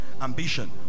ambition